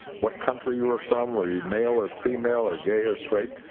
what country you were from or you're male or female or gay or straight,